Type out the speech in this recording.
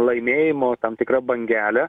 laimėjimo tam tikra bangelė